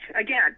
again